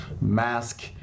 mask